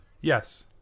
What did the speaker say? Yes